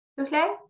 Okay